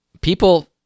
people